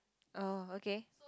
oh okay